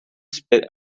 spit